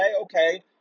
okay